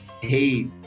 hey